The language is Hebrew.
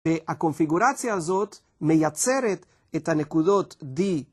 והקונפיגורציה הזאת מייצרת את הנקודות D.